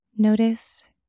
Notice